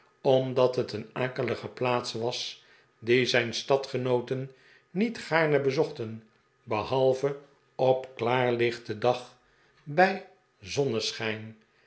omdat het een akelige plaats was die zijn stadgenooten niet gaarne bezochten behalve op klaarlichten dag bij